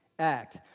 act